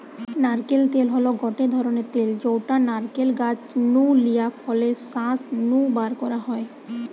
নারকেল তেল হল গটে রকমের তেল যউটা নারকেল গাছ নু লিয়া ফলের শাঁস নু বারকরা হয়